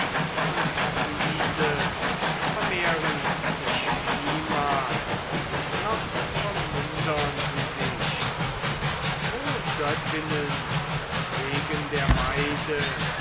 und diese vermehren sich niemals noch vermindern sie sich zwo göttinnen pflegen der